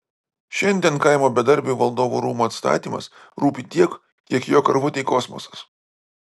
šiandien kaimo bedarbiui valdovų rūmų atstatymas rūpi tiek kiek jo karvutei kosmosas